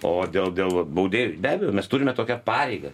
o dėl dėl baudėjų be abejo mes turime tokią pareigą